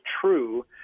true